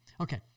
Okay